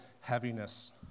heaviness